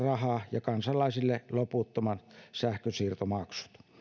ja kansalaisille loputtomat sähkönsiirtomaksut